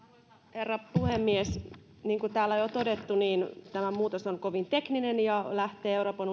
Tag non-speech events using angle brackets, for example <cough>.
herra puhemies niin kuin täällä on jo todettu tämä muutos on kovin tekninen ja lähtee euroopan <unintelligible>